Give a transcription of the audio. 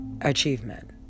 achievement